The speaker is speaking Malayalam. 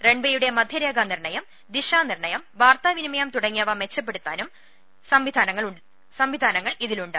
റൺവേയുടെ മധ്യരേഖാ നിർണയം ദിശാ നിർണയം വാർത്താമിനിമയം തുടങ്ങിയ മെച്ചപ്പെടുത്തുന്ന സംവിധാനങ്ങളും ഇതിലുണ്ട്